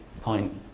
point